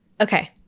Okay